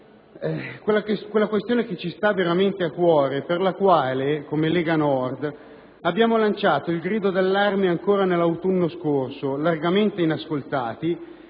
la questione che ci sta veramente a cuore, per la quale, come Lega Nord, abbiamo lanciato il grido di allarme ancora nell'autunno scorso, largamente inascoltati,